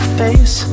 face